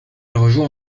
rejoint